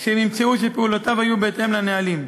שהם ימצאו שפעולותיו היו בהתאם לנהלים.